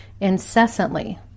incessantly